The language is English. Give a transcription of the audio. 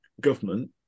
government